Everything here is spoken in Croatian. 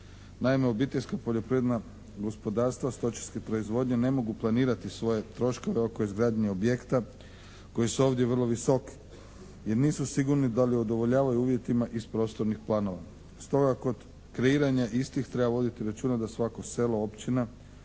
Naime obiteljska poljoprivredna gospodarstva stočarske proizvodnje ne mogu planirati svoje troškove oko izgradnje objekta koji su ovdje vrlo visoki, jer nisu sigurni da li udovoljavaju uvjetima iz prostornih planova. Stoga kod kreiranja istih treba voditi računa da svako selo, općina